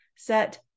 Set